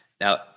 Now